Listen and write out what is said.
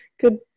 Good